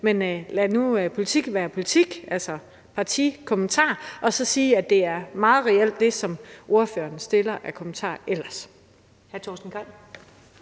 Men lad nu politik være politik, altså partikommentarer. Og så vil jeg sige, at det er meget reelt, hvad ordføreren ellers kommer med